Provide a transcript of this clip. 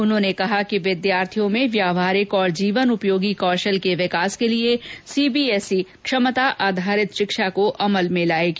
उन्होंने कहा कि विद्यार्थियों में व्यावहारिक और जीवन उपयोगी कौशल के विकास के लिए सीबीएसई क्षमता आधारित शिक्षा को अमल में लाएगी